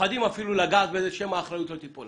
שפוחדים לגעת שמא האחריות לא תיפול